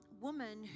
Woman